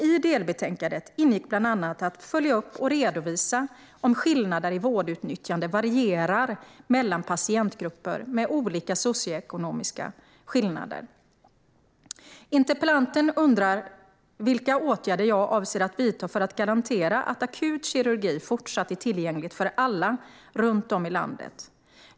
I delbetänkandet ingick bland annat att följa upp och redovisa om skillnader i vårdutnyttjande varierar mellan patientgrupper med olika socioekonomiska skillnader. Interpellanten undrar vilka åtgärder jag avser att vidta för att garantera att akutkirurgi även fortsättningsvis är tillgänglig för alla runt om i landet.